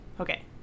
Okay